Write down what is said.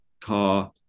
car